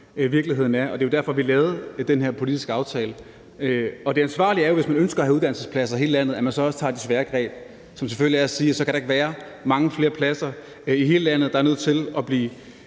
virkeligheden er, og det var jo derfor, vi lavede den her politiske aftale. Hvis man ønsker at have uddannelsespladser i hele landet, er det ansvarlige jo, at man så også tager de svære greb, som selvfølgelig er at sige, at så kan der ikke være mange flere pladser i hele landet, og at der er nødt til at blive